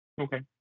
Okay